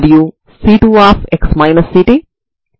ఇక్కడ An మరియు Bnలు ఆర్బిటరీ స్థిరాంకాలు అవుతాయి